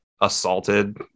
assaulted